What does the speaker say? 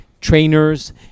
trainers